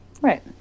Right